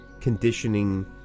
conditioning